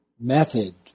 method